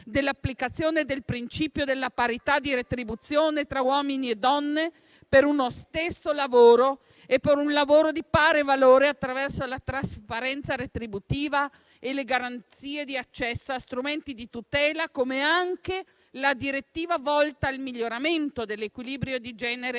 dell'applicazione del principio della parità di retribuzione tra uomini e donne per uno stesso lavoro e per un lavoro di pari valore, attraverso la trasparenza retributiva e le garanzie di accesso a strumenti di tutela. Altrettante significative sono la direttiva volta al miglioramento dell'equilibrio di genere